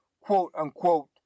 quote-unquote